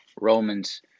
Romans